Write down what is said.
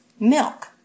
Milk